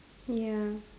ya